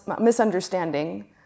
misunderstanding